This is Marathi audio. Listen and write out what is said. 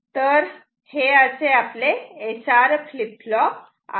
तर हे असे SR फ्लीप फ्लॉप आहे